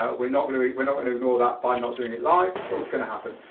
ah we're not going to we're we're not going to ignore that by not doing it live, it's going to happen.